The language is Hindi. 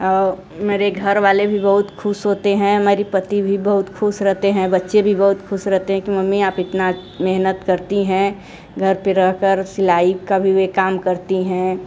और मेरे घर वाले भी बहुत खुश होते हैं हमारी पति भी बहुत खुश रहते हैं बच्चे भी बहुत खुश रहते हैं कि मम्मी आप इतना मेहनत करती हैं घर पे रह कर सिलाई कभी भी काम करती हैं